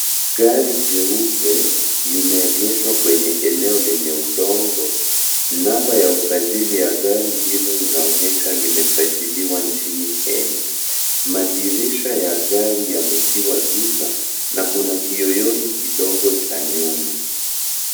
Gari jeupe limeegeshwa kwenye eneo lenye udongo. Namba ya usajili ya gari hilo linaonyesha limesajiliwa nchini Kenya. Madirisha ya gari yametiwa giza na kuna kiyoyozi kidogo cha nyuma.